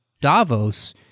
Davos